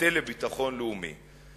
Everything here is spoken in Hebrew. המטה לביטחון לאומי?